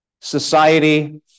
society